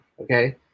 Okay